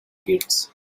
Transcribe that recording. gates